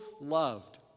loved